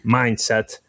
mindset